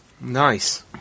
nice